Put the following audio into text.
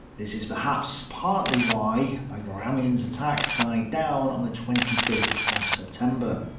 this is perhaps partly why bagramian's attacks died down on the twenty fifth of september.